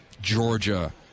Georgia